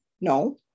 No